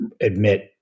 admit